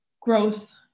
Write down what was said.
growth